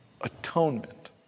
atonement